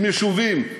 עם יישובים.